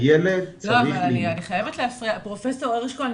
פרופ' הרשקו ואני מדברים כמעט מידי יום.